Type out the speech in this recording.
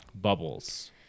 Bubbles